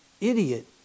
idiot